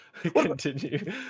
Continue